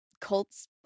cults